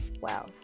Wow